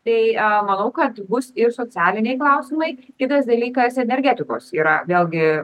tai a manau kad bus ir socialiniai klausimai kitas dalykas energetikos yra vėlgi